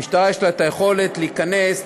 למשטרה יש יכולת להיכנס,